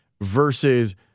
versus